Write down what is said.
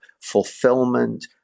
fulfillment